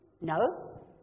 No